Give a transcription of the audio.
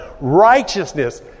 Righteousness